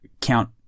count